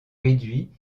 réduit